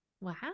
Wow